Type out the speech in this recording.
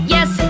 Yes